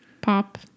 Pop